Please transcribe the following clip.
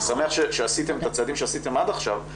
אני שמח שעשיתם את הצעדים שעשיתם עד עכשיו,